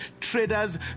traders